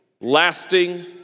lasting